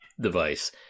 device